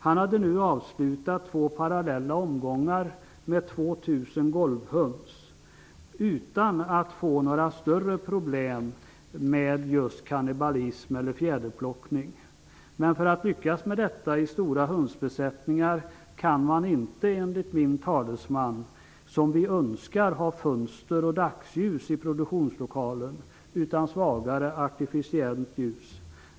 Han hade nu avslutat två parallella omgångar med 2 000 golvhöns utan att ha fått några större problem med just kannibalism och fjäderplockning. Men för att lyckas med detta i stora hönsbesättningar kan man, enligt min talesman, inte ha fönster och dagljus i produktionslokalen, vilket vi önskar, utan man måste ha svagare, artificiellt ljus.